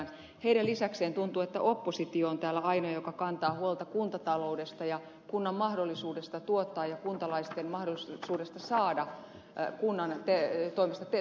tuntuu että heidän lisäkseen oppositio on täällä ainoa joka kantaa huolta kuntataloudesta ja kunnan mahdollisuudesta tuottaa ja kuntalaisten mahdollisuudesta saada kunnan toimesta tuotettuja terveyspalveluita